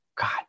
God